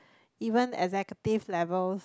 even executive levels